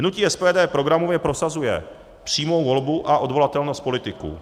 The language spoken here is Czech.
Hnutí SPD programově prosazuje přímou volbu a odvolatelnost politiků.